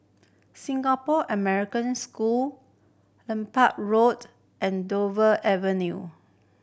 Singapore American School Road and Dover Avenue